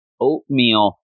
oatmeal